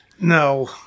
No